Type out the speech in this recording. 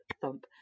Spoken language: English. thump